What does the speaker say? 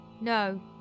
No